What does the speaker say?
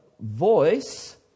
voice